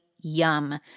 Yum